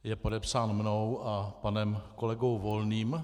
Je podepsán mnou a panem kolegou Volným.